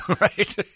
Right